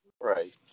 Right